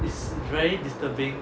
it's very disturbing